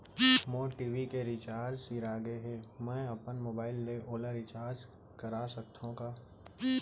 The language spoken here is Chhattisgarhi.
मोर टी.वी के रिचार्ज सिरा गे हे, मैं अपन मोबाइल ले ओला रिचार्ज करा सकथव का?